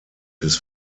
his